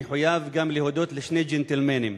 מחויב גם להודות לשני ג'נטלמנים.